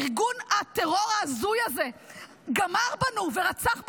ארגון הטרור ההזוי הזה גמר בנו ורצח בנו.